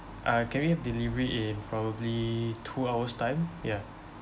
uh can we have delivery in probably two hours' time ya